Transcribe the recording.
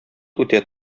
үтә